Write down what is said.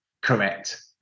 correct